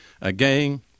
Again